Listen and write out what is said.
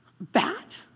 bat